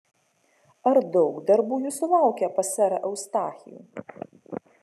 ar daug darbų jūsų laukia pas serą eustachijų